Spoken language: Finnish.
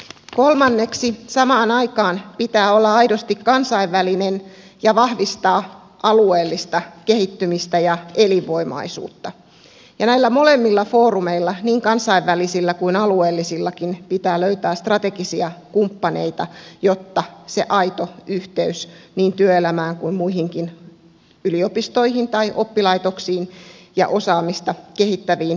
kolmanneksi samaan aikaan pitää olla aidosti kansainvälinen ja vahvistaa alueellista kehittymistä ja elinvoimaisuutta ja näillä molemmilla foorumeilla niin kansainvälisillä kuin alueellisillakin pitää löytää strategisia kumppaneita jotta se aito yhteys niin työelämään kuin muihinkin yliopistoihin tai oppilaitoksiin ja osaamista kehittäviin instituutioihin säilyy